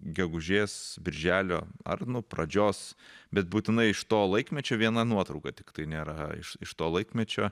gegužės birželio ar nuo pradžios bet būtinai iš to laikmečio viena nuotrauka tiktai nėra iš iš to laikmečio